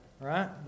right